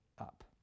up